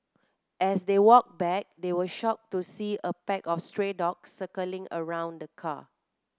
as they walked back they were shocked to see a pack of stray dogs circling around the car